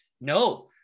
No